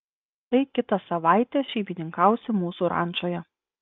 tai kitą savaitę šeimininkausi mūsų rančoje